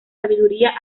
sabiduría